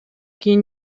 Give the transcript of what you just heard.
кийин